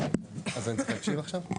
אז אני צריך להקשיב עכשיו?